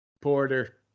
Porter